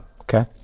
Okay